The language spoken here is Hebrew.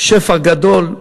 שפע גדול.